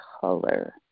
color